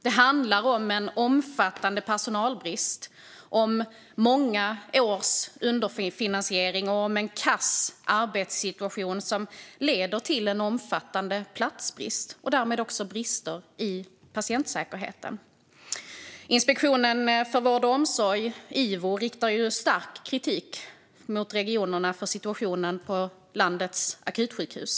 Det handlar om en omfattande personalbrist, många års underfinansiering och en kass arbetssituation som leder till en omfattande platsbrist och därmed också brister i patientsäkerheten. Inspektionen för vård och omsorg, Ivo, riktar stark kritik mot regionerna för situationen på landets akutsjukhus.